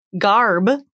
garb